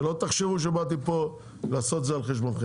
שלא תחשבו שבאתי פה לעשות את זה על חשבונכם.